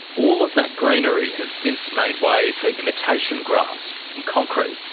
all of that greenery has since made way for imitation grass and concrete.